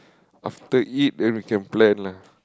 after eat then we can plan lah